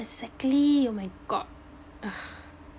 exactly oh my god ugh